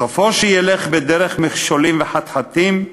סופו שילך בדרך מכשולים וחתחתים,